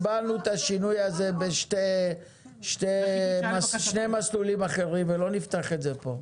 קיבלנו את השינוי בשני מסלולים אחרים ולא נפתח את זה פה.